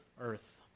earth